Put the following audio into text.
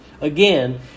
again